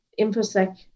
infosec